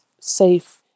safe